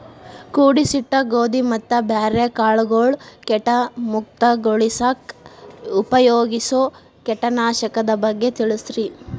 ಕೂಡಿಸಿಟ್ಟ ಗೋಧಿ ಮತ್ತ ಬ್ಯಾರೆ ಕಾಳಗೊಳ್ ಕೇಟ ಮುಕ್ತಗೋಳಿಸಾಕ್ ಉಪಯೋಗಿಸೋ ಕೇಟನಾಶಕದ ಬಗ್ಗೆ ತಿಳಸ್ರಿ